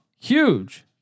huge